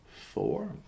four